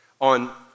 on